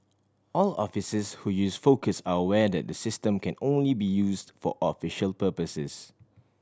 all officers who use Focus are aware that the system can only be used for official purposes